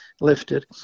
lifted